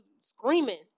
screaming